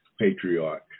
patriarch